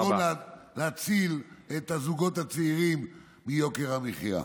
במקום להציל את הזוגות הצעירים מיוקר המחיה.